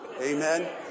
Amen